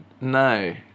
No